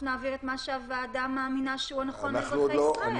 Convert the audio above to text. נעביר את מה שהוועדה מאמינה שהוא הנכון לאזרחי ישראל.